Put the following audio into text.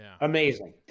Amazing